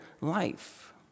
life